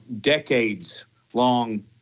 decades-long